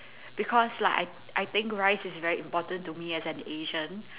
because like I I think rice is very important to me as an asian